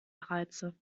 reize